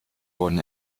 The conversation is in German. wurden